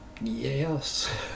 yes